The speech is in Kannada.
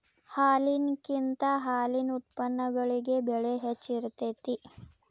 ಹಾಲಿನಕಿಂತ ಹಾಲಿನ ಉತ್ಪನ್ನಗಳಿಗೆ ಬೆಲೆ ಹೆಚ್ಚ ಇರತೆತಿ